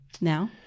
now